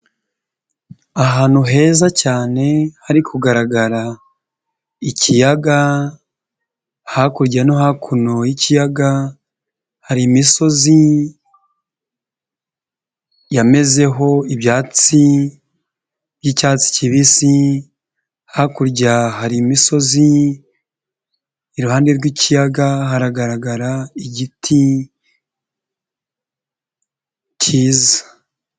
Ahantu heza cyane hari kugaragara ikiyaga, hakurya no hakuno y'ikiyaga, hari imisozi yamezeho ibyatsi by'icyatsi kibisi, hakurya hari imisozi, iruhande rw'ikiyaga haragaragara igiti cyiza.